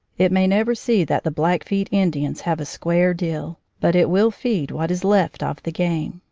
it may never see that the black feet indians have a square deal, but it will feed what is left of the game.